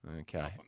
Okay